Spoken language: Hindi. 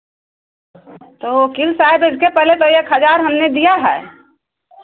तो वकील साहब इसके पहले भाई एक हज़ार हमने दिया है